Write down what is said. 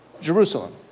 Jerusalem